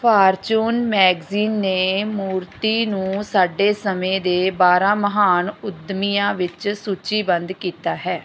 fortune magazine ਨੇ ਮੂਰਤੀ ਨੂੰ ਸਾਡੇ ਸਮੇਂ ਦੇ ਬਾਰ੍ਹਾਂ ਮਹਾਨ ਉੱਦਮੀਆਂ ਵਿੱਚ ਸੂਚੀਬੱਧ ਕੀਤਾ ਹੈ